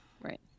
right